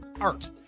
art